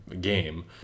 game